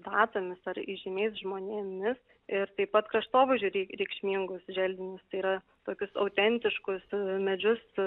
datomis ar įžymiais žmonėmis ir taip pat kraštovaizdžiui reik reikšmingus želdinius tai yra tokius autentiškus medžius